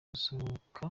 gusohoka